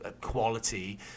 quality